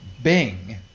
Bing